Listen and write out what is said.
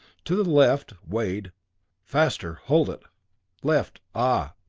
to the left, wade faster hold it left ah!